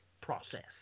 process